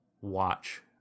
watch